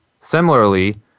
Similarly